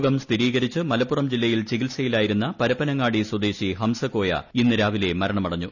രോഗം സ്ഥിരീകരിച്ച് മലപ്പുറം ജില്ലയിൽ ചികിത്സയിലായിരുന്ന പരപ്പനങ്ങാടി സ്വദേശി ഹംസകോയ ഇന്ന് രാവിലെ മരണമടഞ്ഞു